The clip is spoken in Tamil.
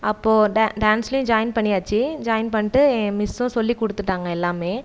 அப்போது ட டான்ஸ்லியும் ஜாயின் பண்ணியாச்சி ஜாயின் பண்ணிட்டு என் மிஸ்ஸும் சொல்லிக்கொடுத்துட்டாங்க எல்லாமே